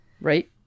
Right